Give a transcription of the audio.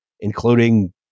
including